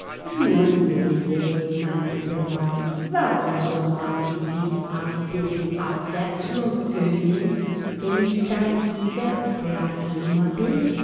meinte der mann warum soll man sich nich a bissel abwechslung gönnen wenn ich dann wieder derheeme bin